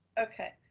okay.